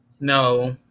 No